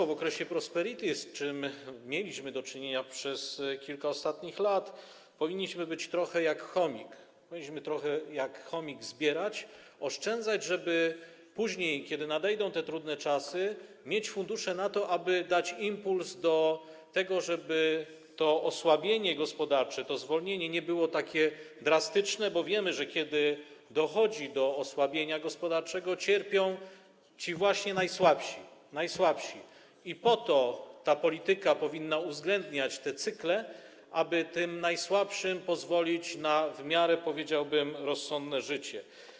W okresie prosperity, z czym mieliśmy do czynienia przez kilka ostatnich lat, powinniśmy być trochę jak chomik, powinniśmy trochę jak chomik zbierać, oszczędzać, żeby później, kiedy nadejdą trudne czasy, mieć fundusze na to, aby dać impuls do tego, żeby to osłabienie gospodarcze, to zwolnienie nie było tak drastyczne, bo wiemy, że kiedy dochodzi do osłabienia gospodarczego, cierpią właśnie ci najsłabsi, i po to ta polityka powinna uwzględniać te cykle, aby tym najsłabszym pozwolić na w miarę, powiedziałbym, rozsądne życie.